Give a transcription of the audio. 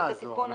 התיקון הזה.